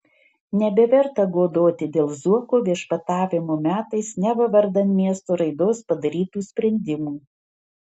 nebeverta godoti dėl zuoko viešpatavimo metais neva vardan miesto raidos padarytų sprendimų